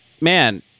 man